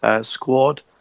squad